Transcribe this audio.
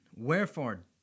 Wherefore